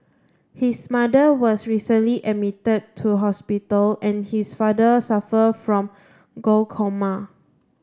his mother was recently admitted to hospital and his father suffer from glaucoma